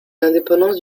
l’indépendance